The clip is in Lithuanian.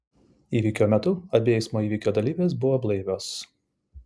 įvykio metu abi eismo įvykio dalyvės buvo blaivios